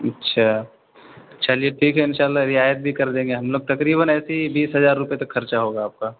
اچھا چلیے ٹھیک ہے ان شاء اللہ رعایت بھی کر دیں گے ہم مطلب تقریباً ایسے ہی بیس ہزار روپے تک خرچہ ہوگا آپ کا